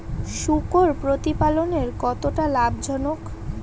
শূকর প্রতিপালনের কতটা লাভজনক?